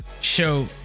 show